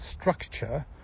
structure